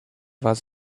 was